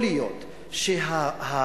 או כשנהיה בתוכנו,